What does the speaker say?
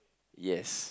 yes